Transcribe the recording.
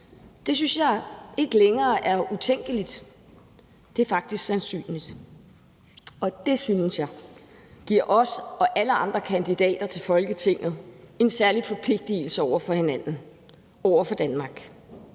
Det synes jeg ikke længere er utænkeligt. Det er faktisk sandsynligt. Og det synes jeg giver os og alle andre kandidater til Folketinget en særlig forpligtigelse over for hinanden og over for Danmark.